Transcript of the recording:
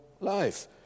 life